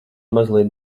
mazliet